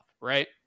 right